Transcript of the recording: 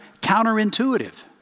counterintuitive